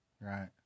Right